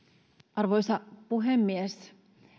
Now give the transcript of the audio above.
arvoisa puhemies